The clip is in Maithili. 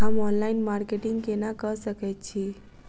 हम ऑनलाइन मार्केटिंग केना कऽ सकैत छी?